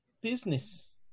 business